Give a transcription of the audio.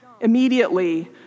immediately